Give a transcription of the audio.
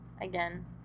again